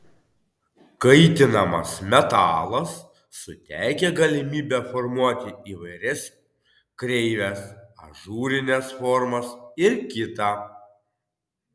kaitinamas metalas suteikia galimybę formuoti įvairias kreives ažūrines formas ir kita